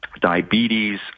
Diabetes